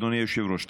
אדוני היושב-ראש,